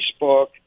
Facebook